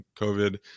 covid